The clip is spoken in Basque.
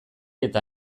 eta